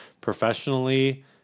professionally